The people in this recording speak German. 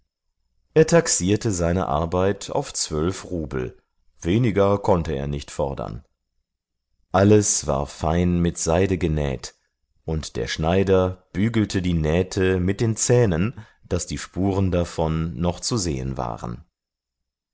er taxierte seine arbeit auf zwölf rubel weniger konnte er nicht fordern alles war fein mit seide genäht und der schneider bügelte die nähte mit den zähnen daß die spuren davon noch zu sehen waren